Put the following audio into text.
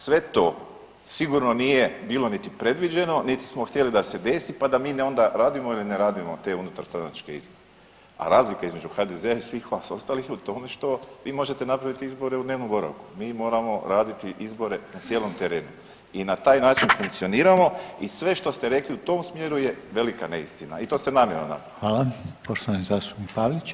Sve to sigurno nije bilo niti predviđeno, niti smo htjeli da se desi, pa da mi onda radimo ili ne radimo te unutarstranačke izbore, a razlika između HDZ-a i svih vas ostalih je u tome što vi možete napraviti izbore u dnevnom boravku, mi moramo raditi izbore na cijelom terenu i na taj način funkcioniramo i sve što ste rekli u tom smjeru je velika neistina i to ste namjerno